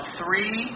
three